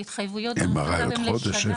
בדיקת MRI, לעוד חודש?